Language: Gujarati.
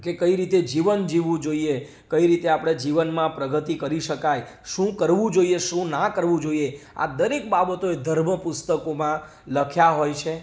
કે કઈ રીતે જીવન જીવવું જોઈએ કઈ રીતે આપણાં જીવનમાં પ્રગતિ કરી શકાય શું કરવું જોઈએ શું ના કરવું જોઈએ આ દરેક બાબતો એ ધર્મ પુસ્તકોમાં લખ્યાં હોય છે